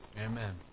Amen